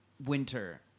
Winter